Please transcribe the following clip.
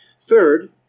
third